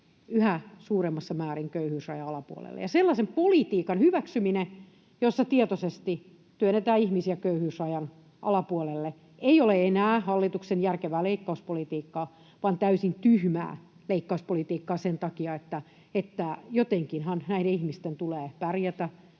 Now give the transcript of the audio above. yhä suuremmassa määrin köyhyysrajan alapuolelle. Sellaisen politiikan hyväksyminen, jossa tietoisesti työnnetään ihmisiä köyhyysrajan alapuolelle, ei ole enää hallituksen järkevää leikkauspolitiikkaa vaan täysin tyhmää leikkauspolitiikkaa sen takia, että jotenkinhan näiden ihmisten tulee pärjätä